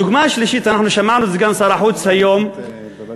הדוגמה השלישית: שמענו את סגן שר החוץ היום מדבר